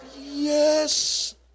yes